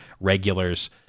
regulars